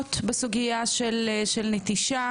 תלונות בסוגיה של נטישה.